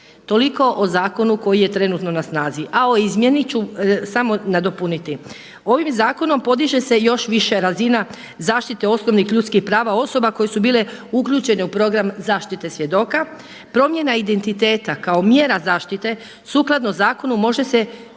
Toliko o zakonu koji je trenutno na snazi. A o izmjeni ću samo nadopuniti. Ovim zakonom podiže se još više razina zaštite osobnih ljudskih prava osoba koje su bile uključene u program zaštite svjedoka, promjena identiteta kao mjera zaštite sukladno zakonu može se primijeniti